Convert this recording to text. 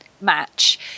match